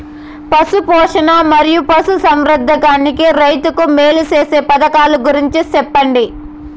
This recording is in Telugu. పశు పోషణ మరియు పశు సంవర్థకానికి రైతుకు మేలు సేసే పథకాలు గురించి చెప్పండి?